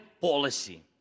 policy